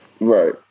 Right